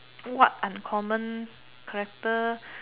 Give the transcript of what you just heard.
what uncommon characteristic